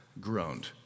groaned